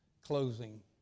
closing